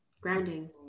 grounding